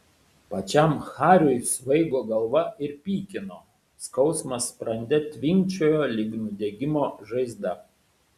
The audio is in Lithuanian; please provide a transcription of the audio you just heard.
pačiam hariui svaigo galva ir pykino skausmas sprande tvinkčiojo lyg nudegimo žaizda